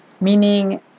Meaning